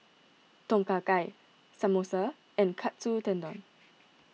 Tom Kha Gai Samosa and Katsu Tendon